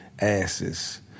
Asses